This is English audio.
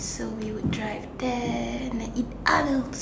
so we would drive there and then eat Arnold's